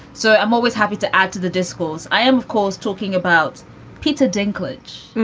so i'm always happy to add to the discourse. i am, of course, talking about peter dinklage